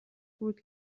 بود